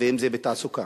ואם בתעסוקה,